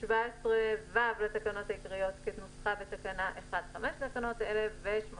17(ו) לתקנות העיקריות כנוסחה בתקנה 1(5) לתקנות אלה ו- 18(ג)